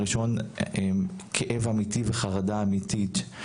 הראשון כאב אמיתי וחרדה אמיתית,